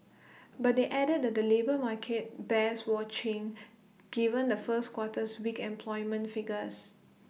but they added that the labour market bears watching given the first quarter's weak employment figures